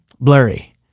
blurry